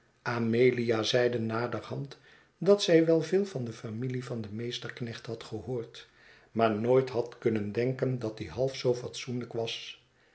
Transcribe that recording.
amelia zeide naderhand dat zij wel veel van de familie van den meesterknecht had gehoord maar nooit had kunnen denken dat die half zoo fatsoenlijk was